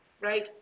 right